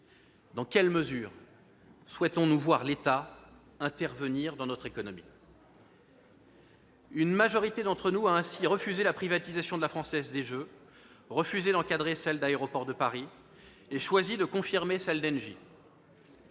dans quelle mesure souhaitons-nous voir l'État intervenir dans notre économie ? Une majorité d'entre nous a ainsi refusé la privatisation de La Française des jeux, souhaité encadrer celle d'Aéroports de Paris et choisi de confirmer celle d'Engie.